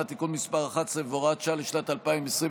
(תיקון מס' 11 והוראת שעה לשנת 2021),